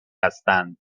هستند